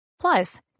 Plus